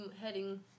heading